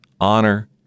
honor